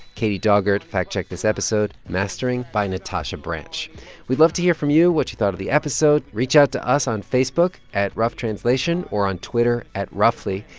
katie daugert fact-checked this episode mastering by natasha branch we'd love to hear from you, what you thought of the episode. reach out to us on facebook at roughtranslation or on twitter at roughly.